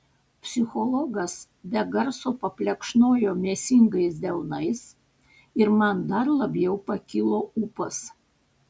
psichologas be garso paplekšnojo mėsingais delnais ir man dar labiau pakilo ūpas